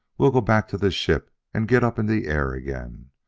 we'll go back to the ship and get up in the air again.